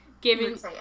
giving